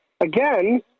Again